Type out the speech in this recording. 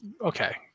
okay